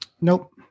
Nope